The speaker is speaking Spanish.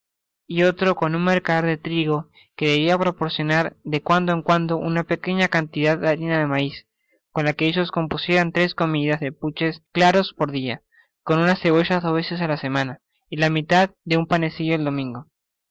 y otro con un mercader de trigo que debia proporcionar de cuando en cuando una pequeña cantidad de harina de maiz con la que ellos compusieron tres comidas de puches claros por dia con una cebolla dos veces la semana y la mitad de un panecillo el domingo